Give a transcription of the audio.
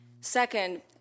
Second